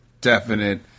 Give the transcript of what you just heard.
definite